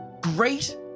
great